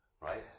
Right